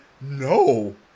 no